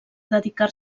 dedicar